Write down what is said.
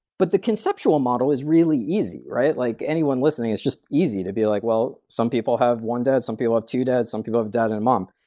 but the conceptual model is really easy. like anyone listening, it's just easy to be like, well, some people have one dad, some people have two dads, some people have dad and a mom.